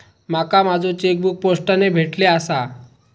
माका माझो चेकबुक पोस्टाने भेटले आसा